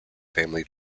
family